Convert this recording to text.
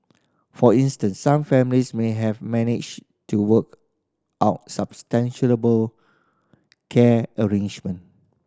for instance some families may have managed to work out care arrangement